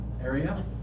area